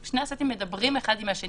יש לי עוד תיקון שמוצע פה,